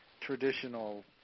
traditional